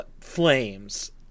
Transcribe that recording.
flames